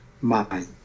mind